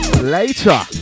Later